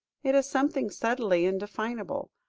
it is something subtly indefinable,